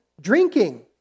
drinking